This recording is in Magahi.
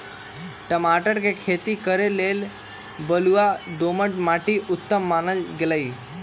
टमाटर कें खेती करे लेल बलुआइ दोमट माटि उत्तम मानल गेल